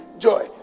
joy